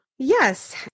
Yes